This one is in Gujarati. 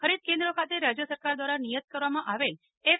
ખરીદ કેન્દ્રો ખાતે રાજય સરકાર દ્વારા નિયત કરવામાં આવેલ એફ